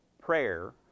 prayer